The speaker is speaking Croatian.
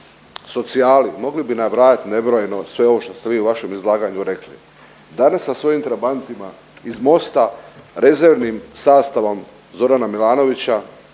socijali mogli bi nabrajat nebrojeno sve ovo što ste vi u vašem izlaganju rekli. Danas sa svojim trabantima iz Mosta rezervnim sastavom Zorana Milanovića